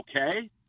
okay